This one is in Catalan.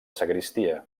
sagristia